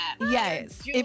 Yes